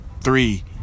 three